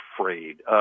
afraid